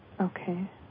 Okay